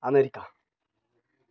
America